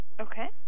Okay